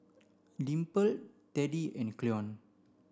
Dimple Teddie and Cleon